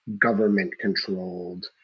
government-controlled